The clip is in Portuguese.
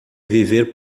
viver